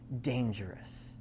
dangerous